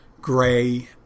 gray